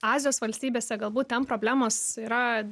azijos valstybėse galbūt ten problemos yra